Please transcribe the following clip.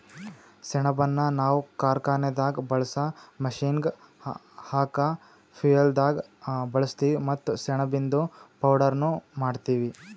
ಸೆಣಬನ್ನ ನಾವ್ ಕಾರ್ಖಾನೆದಾಗ್ ಬಳ್ಸಾ ಮಷೀನ್ಗ್ ಹಾಕ ಫ್ಯುಯೆಲ್ದಾಗ್ ಬಳಸ್ತೀವಿ ಮತ್ತ್ ಸೆಣಬಿಂದು ಪೌಡರ್ನು ಮಾಡ್ತೀವಿ